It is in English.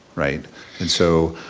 right, and so